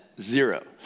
zero